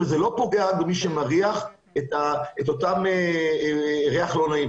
וזה לא פוגע רק במי שמריח את אותו ריח לא נעים,